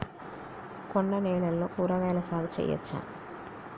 కొండ నేలల్లో కూరగాయల సాగు చేయచ్చా?